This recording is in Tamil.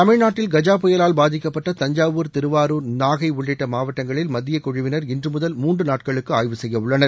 தமிழ்நாட்டில் கஜா புயலால் பாதிக்கப்பட்ட தஞ்சாவூர் திருவாரூர் நாகை உள்ளிட்ட மாவட்டங்களில் மத்திய குழுவினர் இன்றுமுதல் மூன்று நாட்களுக்கு ஆய்வு செய்ய உள்ளனர்